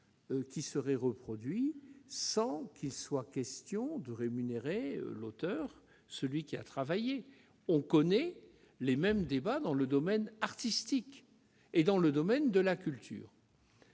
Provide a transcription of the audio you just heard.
ouvrage, reproduit sans qu'il soit question de rémunérer l'auteur, celui qui a travaillé. Hélas ! Les mêmes débats ont lieu dans le domaine artistique et dans le domaine de la culture.